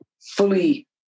fully